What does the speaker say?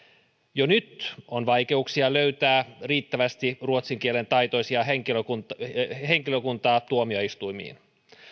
jo nyt on vaikeuksia löytää riittävästi ruotsin kielen taitoista henkilökuntaa henkilökuntaa tuomioistuimiin